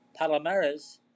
Palomares